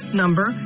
number